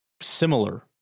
similar